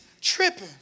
tripping